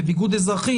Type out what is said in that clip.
בביגוד אזרחי,